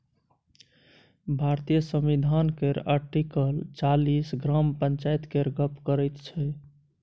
भारतीय संविधान केर आर्टिकल चालीस ग्राम पंचायत केर गप्प करैत छै